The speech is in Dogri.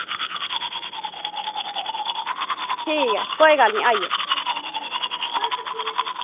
ठीक ऐ कोई गल्ल नी आई जागे